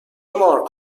مارک